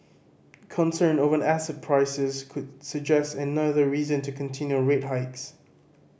concern over asset prices could suggest another reason to continue rate hikes